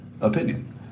opinion